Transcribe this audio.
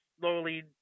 slowly